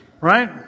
right